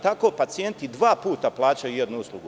Tako pacijenti dva puta plaćaju jednu uslugu.